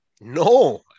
No